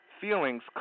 feelings